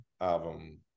album